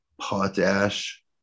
potash